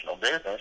business